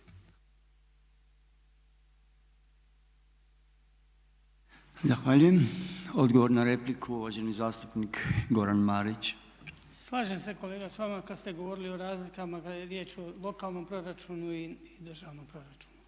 Zahvaljujem. Odgovor na repliku uvaženi zastupnik Goran Marić. **Marić, Goran (HDZ)** Slažem se kolega s vama kada ste govorili o razlikama kada je riječ o lokalnom proračunu i državnom proračunu,